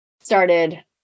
started